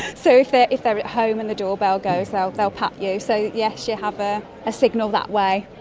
so if they're if they're at home and the doorbell goes, so they'll pat you. so yes, you have a ah signal that way,